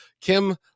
Kim